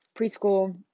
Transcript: preschool